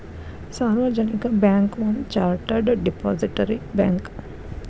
ಸಾರ್ವಜನಿಕ ಬ್ಯಾಂಕ್ ಒಂದ chartered depository bank